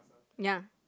ya